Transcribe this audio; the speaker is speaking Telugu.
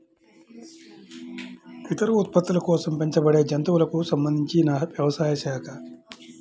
ఇతర ఉత్పత్తుల కోసం పెంచబడేజంతువులకు సంబంధించినవ్యవసాయ శాఖ